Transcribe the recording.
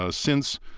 ah since